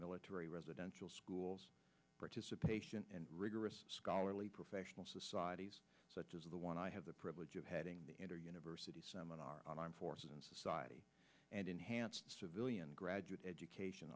military residential schools participation and rigorous scholarly professional societies such as the one i had the privilege of heading the university seminar on armed forces and society and enhanced civilian graduate education